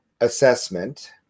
assessment